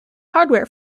hardware